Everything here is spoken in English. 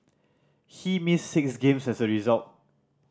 he missed six games as a result